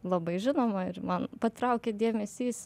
labai žinoma ir man patraukė dėmesys